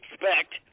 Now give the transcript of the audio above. expect